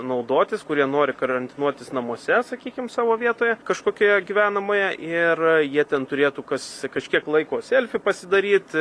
naudotis kurie nori karantinuotis namuose sakykim savo vietoje kažkokioje gyvenamoje ir jie ten turėtų kas kažkiek laiko selfį pasidaryt